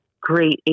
great